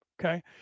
Okay